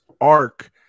arc